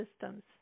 systems